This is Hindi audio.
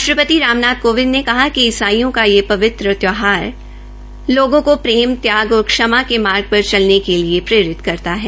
राष्ट्रपति रामनाथ कोविंद ने कहा कि इसाइयों का यह पवित्र त्यौहार लोगों को प्रेम त्याग और क्षमा के मार्ग पर चलने के लिए प्ररित करता है